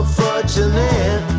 fortunate